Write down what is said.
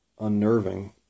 unnerving